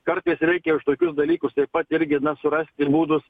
kartais reikia už tokius dalykus taip pat irgi na surasti būdus